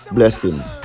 Blessings